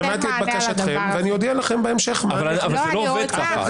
אני רוצה את